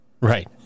right